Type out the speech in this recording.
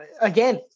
again